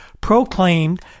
proclaimed